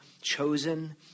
chosen